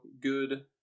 good